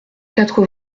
quatre